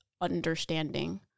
understanding